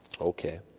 okay